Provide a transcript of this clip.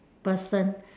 person